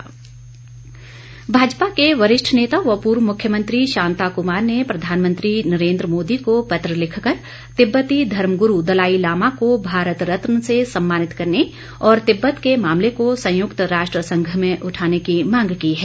शांता कुमार भाजपा के वरिष्ठ नेता व पूर्व मुख्यमंत्री शांता कुमार ने प्रधानमंत्री नरेन्द्र मोदी को पत्र लिखकर तिब्बती धर्मगुरू दलाई लामा को भारत रतन से सम्मानित करने और तिब्बत के मामले को संयुक्त राष्ट्र संघ में उठाने की मांग की है